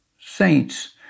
saints